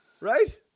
right